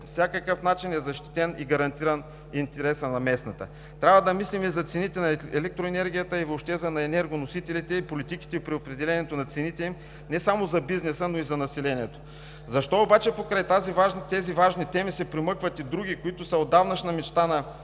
всякакъв начин е защитен и гарантиран интересът на местната. Трябва да мислим за цените на електроенергията и въобще на енергоносителите, политиките при определянето на цените им не само за бизнеса, но и за населението. Защо обаче покрай тези важни теми се промъкват и други, които са отдавнашна мечта на работодателските